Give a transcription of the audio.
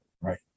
right